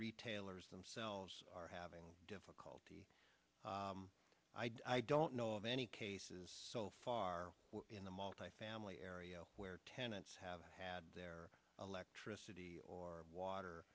retailers themselves are having difficulty i don't know of any cases so far in the multifamily area where tenants have had their electricity or water